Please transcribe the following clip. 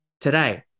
Today